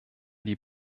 die